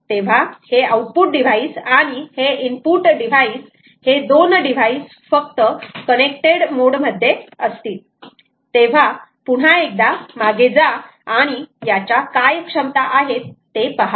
तेव्हा हे output device आणि हे इनपुट डिव्हाइस हे दोन डिव्हाईस फक्त कनेक्टेड मोड मध्ये असतील तेव्हा पुन्हा एकदा मागे जा आणि काय क्षमता आहे ते पहा